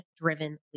driven